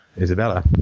Isabella